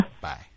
Bye